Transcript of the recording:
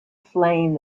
flame